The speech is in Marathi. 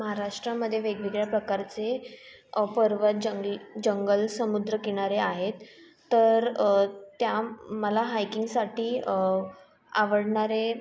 महाराष्ट्रामध्ये वेगवेगळ्या प्रकारचे पर्वत जंगल जंगल समुद्रकिनारे आहेत तर त्या मला हाइकिंगसाठी आवडणारे